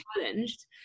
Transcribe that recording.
challenged